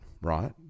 right